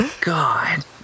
God